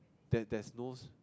that there's no